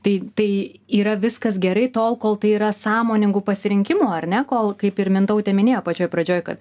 tai tai yra viskas gerai tol kol tai yra sąmoningu pasirinkimu ar ne kol kaip ir mintautė minėjo pačioj pradžioj kad